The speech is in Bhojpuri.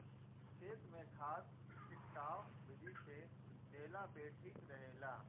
खेत में खाद खिटकाव विधि से देहला पे ठीक रहेला